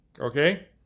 Okay